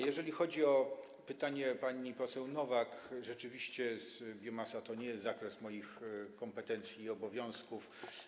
Jeśli chodzi o pytanie pani poseł Nowak, rzeczywiście biomasa to nie jest zakres moich kompetencji i obowiązków.